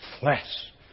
flesh